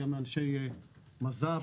גם אנשי מז"פ,